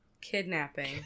kidnapping